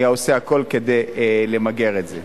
היה עושה הכול כדי למגר את זה.